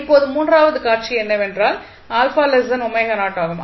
இப்போது மூன்றாவது காட்சி என்னவென்றால் ஆகும்